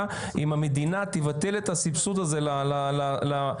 אם המדינה תבטל את הסבסוד הזה לאוניברסיטאות?